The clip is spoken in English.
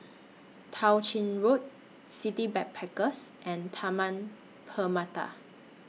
Tao Ching Road City Backpackers and Taman Permata